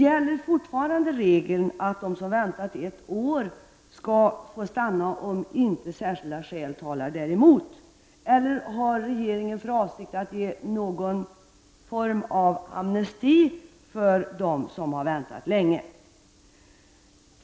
Gäller fortfarande regeln att de som har väntat ett år skall få stanna om inte särskilda skäl talar där emot, eller har regeringen för avsikt att ge någon form av amnesti till dem som har väntat länge?